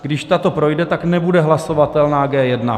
Když tato projde, tak nebude hlasovatelná G1.